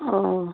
অঁ